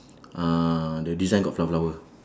uh the design got flower flower